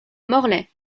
morlaix